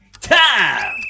Time